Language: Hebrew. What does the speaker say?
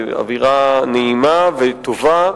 אווירה נעימה וטובה,